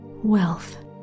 wealth